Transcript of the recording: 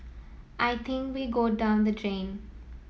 I think we'd go down the drain